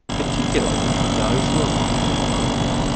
particularly those who arrive on their own.